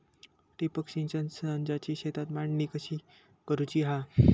ठिबक सिंचन संचाची शेतात मांडणी कशी करुची हा?